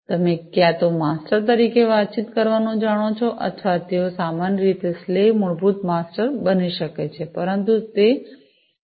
તમે ક્યાં તો માસ્ટર તરીકે વાતચીત કરવાનું જાણો છો અથવા તેઓ સામાન્ય રીતે સ્લેવ મૂળભૂતરીતે માસ્ટર બની શકે છે પરંતુ તેઓ સ્લેવ પણ હોઈ શકે છે